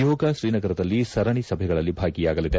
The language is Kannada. ನಿಯೋಗ ತ್ರೀನಗರದಲ್ಲಿ ಸರಣಿ ಸಭೆಗಳಲ್ಲಿ ಬಾಗಿಯಾಗಲಿದೆ